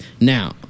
Now